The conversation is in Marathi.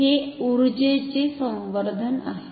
हे उर्जेचे संवर्धन आहे